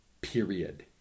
period